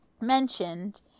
mentioned